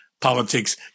politics